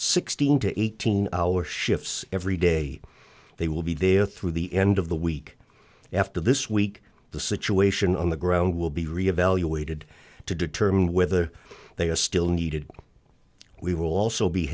sixteen to eighteen hour shifts every day they will be there through the end of the week after this week the situation on the ground will be re evaluated to determine whether they are still needed we will also be